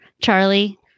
Charlie